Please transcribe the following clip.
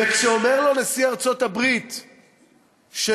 וכשאומר לו נשיא ארצות-הברית שלא,